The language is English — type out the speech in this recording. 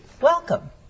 Welcome